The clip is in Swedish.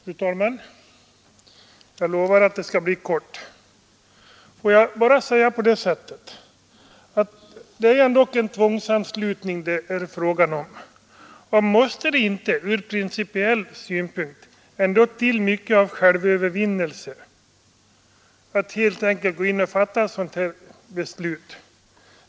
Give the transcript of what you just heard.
Fru talman! Jag lovar att fatta mig kort. Får jag bara säga att det är ändock en tvångsanslutning det är fråga om. Och måste det inte ur principiell synpunkt ändå till mycket av självövervinnelse för att fatta ett sådant här beslut?